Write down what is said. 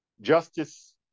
justice